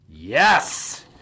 Yes